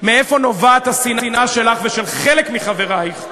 מאיפה נובעת השנאה שלך ושל חלק מחברייך,